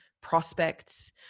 prospects